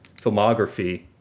filmography